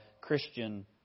Christian